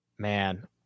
Man